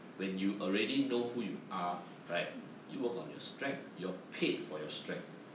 when you already know who you are right you your strength you paid for your strength